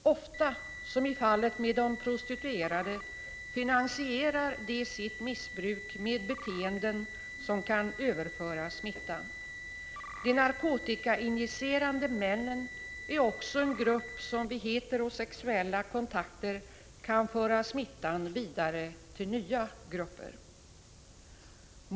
Ofta, som i fallet med de prostituerade, finansierar de sitt missbruk med beteenden som kan överföra smitta. De narkotikainjicerande männen är också en grupp som vid heterosexuella kontakter kan föra smittan vidare till nya grupper.